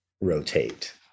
rotate